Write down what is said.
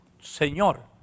Señor